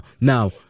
Now